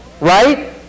right